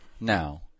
Now